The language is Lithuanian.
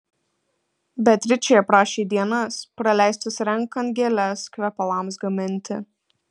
beatričė aprašė dienas praleistas renkant gėles kvepalams gaminti